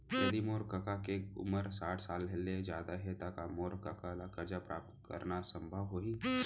यदि मोर कका के उमर साठ साल ले जादा हे त का मोर कका ला कर्जा प्राप्त करना संभव होही